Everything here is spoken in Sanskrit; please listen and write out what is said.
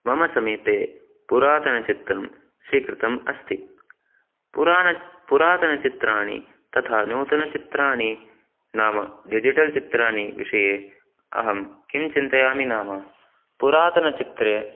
मम समीपे पुरातनं चित्रं स्वीकृतम् अस्ति पुरातनं पुरातनचित्राणि तथा नूतनचित्राणि नाम डिजिटल् चित्राणां विषये अहं किं चिन्तयामि नाम पुरातनचित्रे